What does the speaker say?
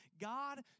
God